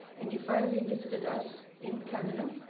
and he finally visited us in canada.